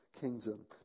kingdom